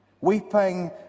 Weeping